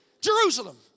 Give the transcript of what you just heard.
Jerusalem